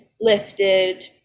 lifted